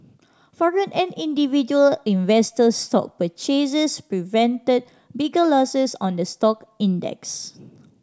foreign and individual investor stock purchases prevented bigger losses on the stock index